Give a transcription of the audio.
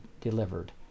delivered